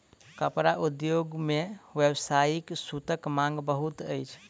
कपड़ा उद्योग मे व्यावसायिक सूतक मांग बहुत अछि